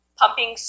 pumping